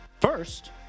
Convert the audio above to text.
First